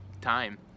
time